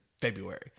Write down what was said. February